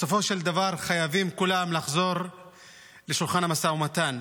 בסופו של דבר חייבים כולם לחזור לשולחן המשא ומתן.